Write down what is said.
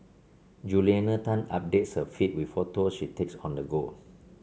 Juliana Tan updates her feed with photo she takes on the go